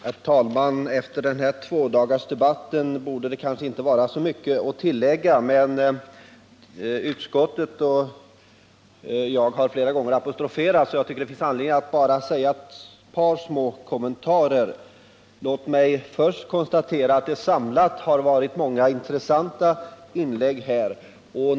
Herr talman! Efter denna tvådagarsdebatt borde det kanske inte vara så mycket att tillägga, men då både jag och utskottet flera gånger apostroferats tycker jag det finns anledning att göra ett par kommentarer. Låt mig först konstatera att det varit många intressanta inlägg i debatten.